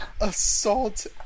Assault